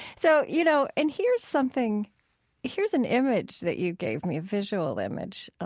so, you know, and here's something here's an image that you gave me, a visual image.